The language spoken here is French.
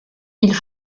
ils